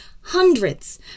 hundreds